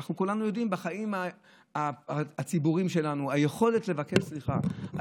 אנחנו כולנו יודעים בחיים הציבוריים שלנו שהיכולת לבקש סליחה,